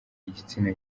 igitsina